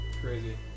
Crazy